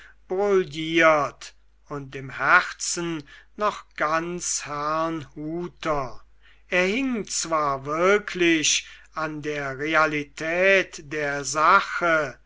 und im herzen noch ganz herrnhuter er hing zwar wirklich an der realität der sache